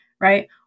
right